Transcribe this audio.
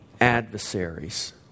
adversaries